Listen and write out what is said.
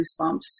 Goosebumps